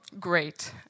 Great